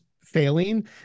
failing